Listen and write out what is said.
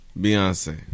Beyonce